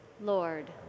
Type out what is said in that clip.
Lord